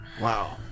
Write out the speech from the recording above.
wow